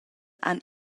han